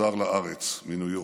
שחזר לארץ מניו יורק.